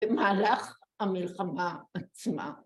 ‫במהלך המלחמה עצמה.